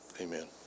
Amen